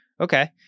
Okay